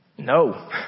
No